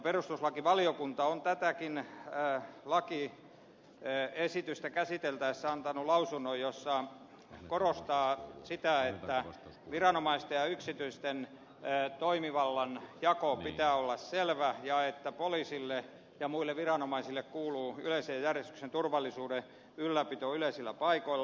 perustuslakivaliokunta on tätäkin lakiesitystä käsiteltäessä antanut lausunnon jossa korostaa sitä että viranomaisten ja yksityisten toimivallanjaon pitää olla selvä ja että poliisille ja muille viranomaisille kuuluu yleisen järjestyksen ja turvallisuuden ylläpito yleisillä paikoilla